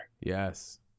Yes